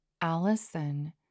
Allison